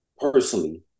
personally